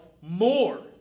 more